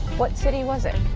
what city was it.